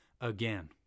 again